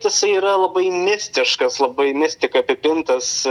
tasai yra labai mistiškas labai mistika apipintas